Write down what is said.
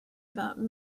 about